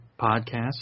podcast